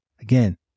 Again